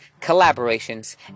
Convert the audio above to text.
collaborations